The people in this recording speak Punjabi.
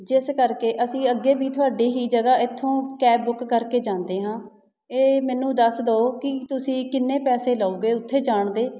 ਜਿਸ ਕਰਕੇ ਅਸੀਂ ਅੱਗੇ ਵੀ ਤੁਹਾਡੀ ਹੀ ਜਗ੍ਹਾ ਇੱਥੋਂ ਕੈਬ ਬੁੱਕ ਕਰਕੇ ਜਾਂਦੇ ਹਾਂ ਇਹ ਮੈਨੂੰ ਦੱਸ ਦਿਉ ਕਿ ਤੁਸੀਂ ਕਿੰਨੇ ਪੈਸੇ ਲਓਗੇ ਉੱਥੇ ਜਾਣ ਦੇ